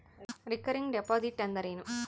Recurring deposit ಅಂದರೇನು?